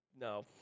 no